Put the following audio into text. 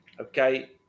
okay